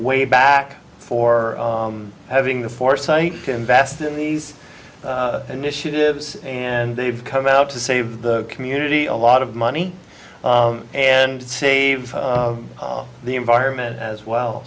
way back for having the foresight to invest in these initiatives and they've come out to save the community a lot of money and save the environment as well